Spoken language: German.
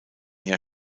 jahr